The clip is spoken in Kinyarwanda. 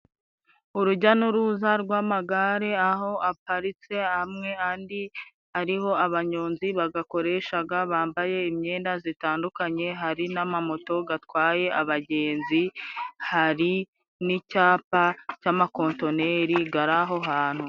Urujya n'uruza rw'amagare aho aparitse amwe, andi ariho abanyonzi bagakoreshaga bambaye imyenda zitandukanye. Hari n'amamoto gatwaye abagenzi, hari n'icyapa cy'amakontoneri gari aho hantu.